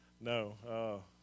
No